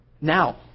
now